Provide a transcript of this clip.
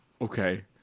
Okay